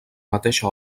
mateixa